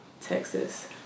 Texas